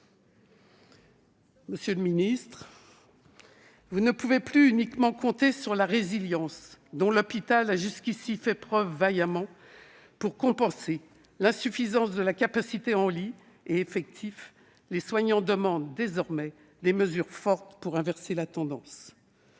Monsieur le ministre, vous ne pouvez plus uniquement compter sur la résilience dont l'hôpital a jusqu'ici vaillamment fait preuve pour compenser l'insuffisance de la capacité en lits et effectifs. Les soignants demandent désormais des mesures fortes pour inverser la tendance.